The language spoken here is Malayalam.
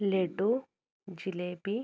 ലഡു ജിലേബി